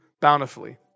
bountifully